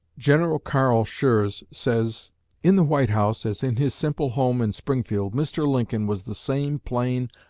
general carl schurz says in the white house, as in his simple home in springfield, mr. lincoln was the same plain,